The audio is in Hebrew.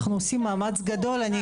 אנחנו עושים מאמץ גדול.